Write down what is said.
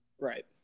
Right